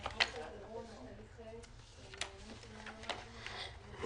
ולעוד חברים נוספים שהסבו את תשומת ליבי לסוגיה הזאת.